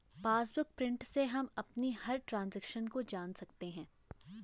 passbook print से हम अपनी हर ट्रांजेक्शन को जान सकते है